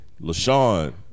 LaShawn